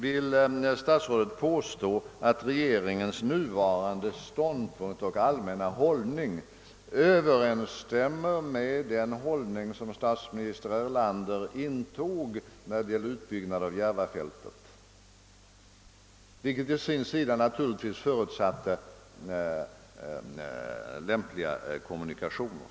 Vill statsrådet påstå att regeringens nuvarande ståndpunkt och allmänna hållning överensstämmer med den som statsminister Erlander intog beträffande utbyggnaden av Järvafältet — vilken i sin tur naturligtvis förutsatte lämpliga kommunikationer?